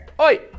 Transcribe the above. Oi